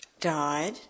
died